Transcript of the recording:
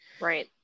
Right